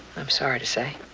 i'm sorry to say.